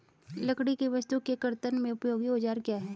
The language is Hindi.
लकड़ी की वस्तु के कर्तन में उपयोगी औजार क्या हैं?